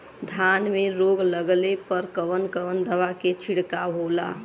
धान में रोग लगले पर कवन कवन दवा के छिड़काव होला?